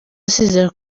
asezera